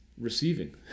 receiving